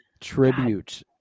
Tribute